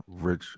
Rich